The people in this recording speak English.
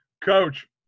coach